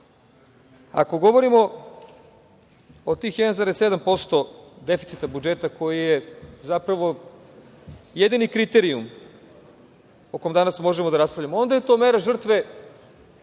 govorimo o tih 1,7% deficita budžeta koji je, zapravo, jedini kriterijum o kojem danas možemo da raspravljamo, onda je to mera žrtve